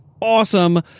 awesome